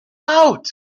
out